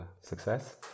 success